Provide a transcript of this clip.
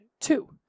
two